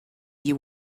you